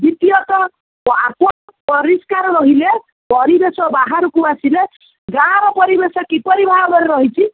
ଦ୍ୱିତୀୟତଃ ଆପଣ ପରିଷ୍କାର ରହିଲେ ପରିବେଶ ବାହାରକୁ ଆସିଲେ ଗାଁର ପରିବେଶ କିପରି ଭାବରେ ରହିଛି